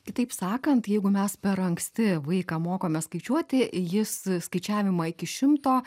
kitaip sakant jeigu mes per anksti vaiką mokome skaičiuoti jis skaičiavimą iki šimto